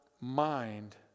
mind